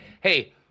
Hey